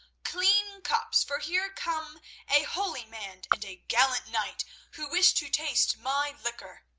clean cups, for here come a holy man and a gallant knight who wish to taste my liquor.